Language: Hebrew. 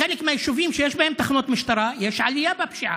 בחלק מהיישובים שיש בהם תחנות משטרה יש עלייה בפשיעה,